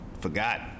forgot